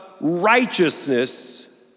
righteousness